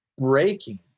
breaking